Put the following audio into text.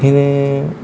बेखायनो